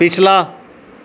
ਪਿਛਲਾ